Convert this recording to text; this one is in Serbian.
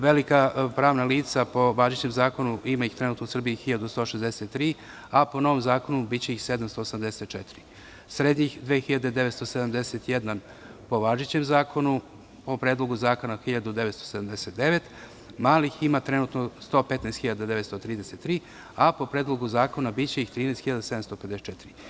Velika pravna lica po važećem zakonu, ima ih trenutno u Srbiji 1163, a po novom zakonu biće ih 784, srednjih 2971 po važećem zakonu, a po predlogu zakona 1979, malih ima trenutno 115.933, a po predlogu zakona biće ih 13.754.